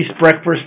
breakfast